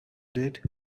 did